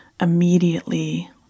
immediately